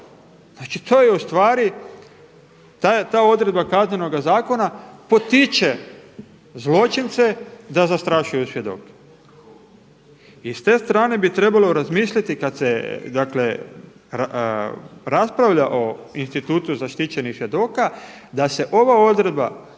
Znači to je ustvari ta odredba Kaznenoga zakona potiče zločince da zastrašuju svjedoke. I s te strane bi trebalo razmisliti kada se raspravlja o institutu zaštićenih svjedoka da se ova odredba